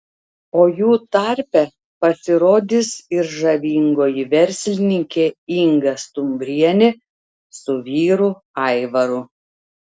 o jų tarpe pasirodys ir žavingoji verslininkė inga stumbrienė su vyru aivaru